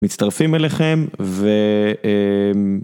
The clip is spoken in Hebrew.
מצטרפים אליכם ו...